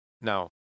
Now